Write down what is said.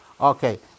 Okay